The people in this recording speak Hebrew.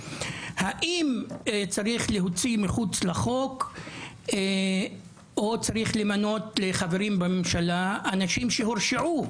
האם צריך להוציא מחוץ לחוק או צריך למנות לחברים בממשלה אנשים שהורשעו